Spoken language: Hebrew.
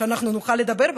שאנחנו נוכל לדבר בה,